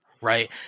Right